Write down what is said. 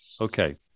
Okay